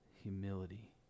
humility